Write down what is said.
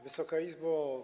Wysoka Izbo!